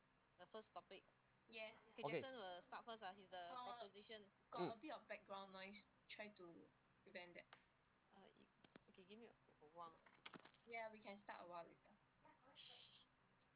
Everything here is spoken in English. okay who